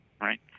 right